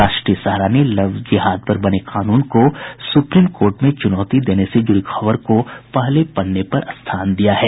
राष्ट्रीय सहारा ने लव जिहाद पर बने कानून को सुप्रीम कोर्ट में चुनौती देने से जुड़ी खबर को पहले पन्ने पर स्थान दिया है